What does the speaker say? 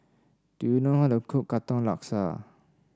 do you know how to cook Katong Laksa